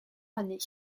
année